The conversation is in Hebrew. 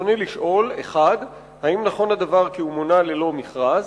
רצוני לשאול: 1. האם נכון שהוא מונה ללא מכרז?